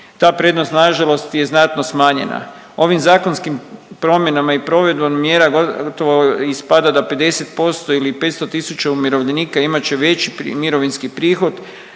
ta prednost na žalost je znatno smanjena. Ovim zakonskim promjenama i provedbom mjera gotovo ispada da 50% ili 500 000 umirovljenika imat će veći mirovinski prihod